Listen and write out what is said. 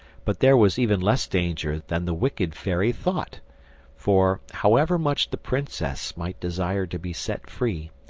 but there was even less danger than the wicked fairy thought for, however much the princess might desire to be set free,